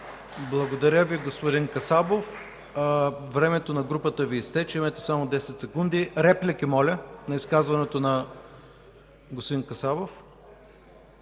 Благодаря Ви, господин Касабов. Времето на групата Ви изтече – имате само 10 секунди. Реплики на изказването на господин Касабов?